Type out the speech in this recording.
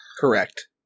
Correct